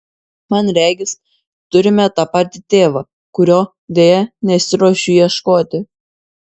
man regis turime tą patį tėvą kurio deja nesiruošiu ieškoti